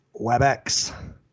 WebEx